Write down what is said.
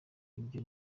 ibyo